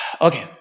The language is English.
Okay